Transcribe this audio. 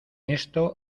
esto